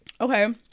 okay